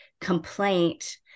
complaint